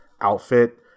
outfit